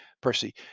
Percy